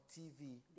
TV